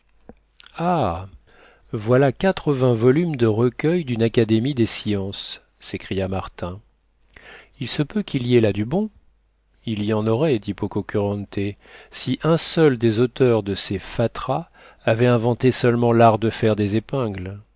ah voilà quatre-vingts volumes de recueils d'une académie des sciences s'écria martin il se peut qu'il y ait là du bon il y en aurait dit pococurante si un seul des auteurs de ces fatras avait inventé seulement l'art de faire des épingles